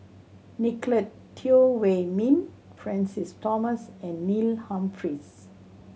Nicolette Teo Wei Min Francis Thomas and Neil Humphreys